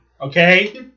okay